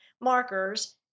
markers